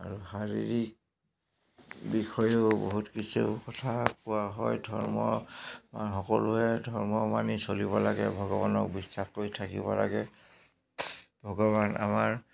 আৰু শাৰীৰিক বিষয়েও বহুত কিছু কথা কোৱা হয় ধৰ্ম সকলোৱে ধৰ্ম মানি চলিব লাগে ভগৱানক বিশ্বাস কৰি থাকিব লাগে ভগৱান আমাৰ